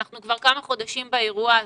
אנחנו כמה חודשים באירוע הזה.